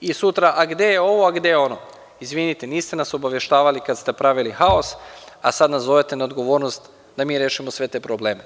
I, sutra gde je ovo, gde je ono, izvinite niste nas obaveštavali kada ste pravili haos, a sad nas zovete na odgovornost da mi rešimo sve te probleme.